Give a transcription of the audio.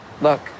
Look